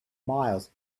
miles